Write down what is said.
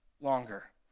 longer